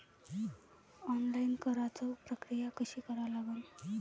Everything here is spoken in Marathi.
ऑनलाईन कराच प्रक्रिया कशी करा लागन?